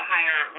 Higher